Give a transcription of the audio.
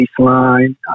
baseline